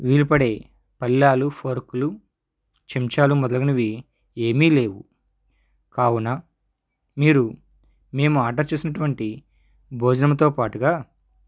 వీలుపడే పళ్ళాలు ఫోర్క్లు చెంచాలు మొదలగునవి ఏమీ లేవు కావున మీరు మేము ఆర్డర్ చేసినటువంటి భోజనంతో పాటుగా